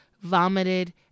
vomited